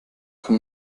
kann